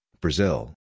Brazil